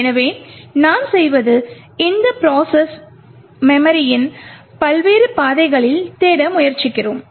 எனவே நாம் செய்வது இந்த ப்ரோசஸ் மெமரியின் பல்வேறு பாதைகளில் தேட முயற்சிக்கிறோம்